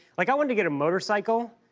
like i wanted to get a motorcycle,